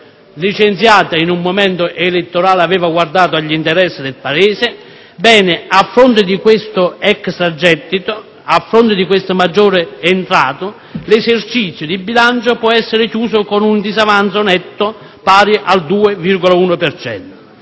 licenziata in un momento elettorale, aveva guardato agli interessi del Paese. A fronte di questo extragettito e di queste maggiori entrate, l'esercizio di bilancio può essere chiuso con un disavanzo netto pari al 2,1